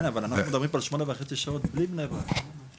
כן אבל אנחנו מדברים פה על 8 וחצי שעות בלי להיכנס לבני ברק.